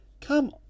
Come